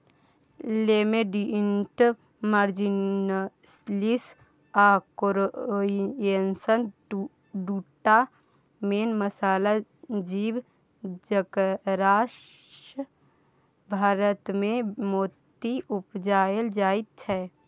Lamellidens marginalis आ कोराइएनस दु टा मेन मसल जीब जकरासँ भारतमे मोती उपजाएल जाइ छै